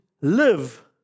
live